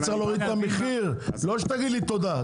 אני צריך להוריד את המחיר, לא שתגיד לי תודה.